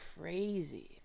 crazy